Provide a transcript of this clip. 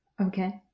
Okay